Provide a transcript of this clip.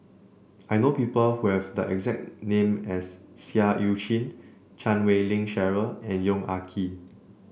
I know people who have the exact name as Seah Eu Chin Chan Wei Ling Cheryl and Yong Ah Kee